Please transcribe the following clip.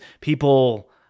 people